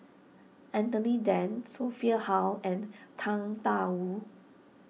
Anthony then Sophia Hull and Tang Da Wu